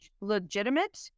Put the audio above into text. legitimate